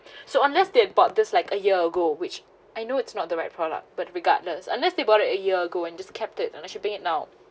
so unless they bought this like a year ago which I know it's not the right product but regardless unless they bought a year ago and just kept it unless shipping it now